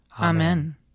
Amen